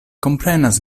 komprenas